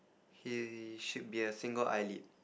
he should be a single eyelid